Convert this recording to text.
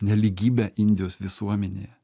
nelygybę indijos visuomenėje